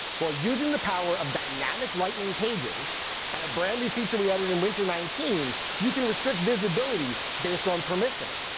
well, using the power of dynamic lightning pages and a brand new feature we added in winter nineteen, you can restrict visibility based on permission.